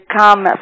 come